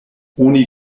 oni